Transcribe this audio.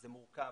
זה מורכב,